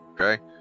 Okay